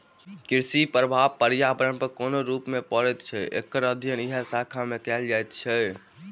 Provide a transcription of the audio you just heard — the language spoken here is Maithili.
कृषिक प्रभाव पर्यावरण पर कोन रूप मे पड़ैत छै, एकर अध्ययन एहि शाखा मे कयल जाइत छै